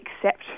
accept